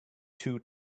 too